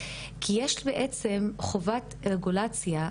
כי יש בעצם חובת רגולציה,